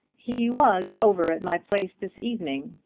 he was over at my place this evening,